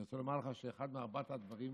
אני רוצה לומר לך שאחד מארבעת הדברים,